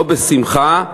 לא בשמחה,